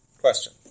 question